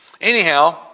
Anyhow